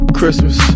Christmas